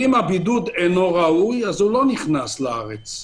אם הבידוד אינו ראוי, הוא לא נכנס לארץ,